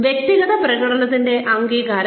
വ്യക്തിഗത പ്രകടനത്തിന്റെ അംഗീകാരം